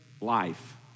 life